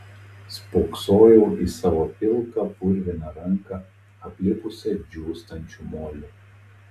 spoksojau į savo pilką purviną ranką aplipusią džiūstančių moliu